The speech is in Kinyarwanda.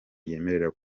ryemera